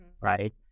right